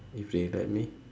if they let me